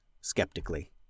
skeptically